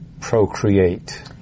procreate